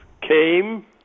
came